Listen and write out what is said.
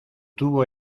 tuvo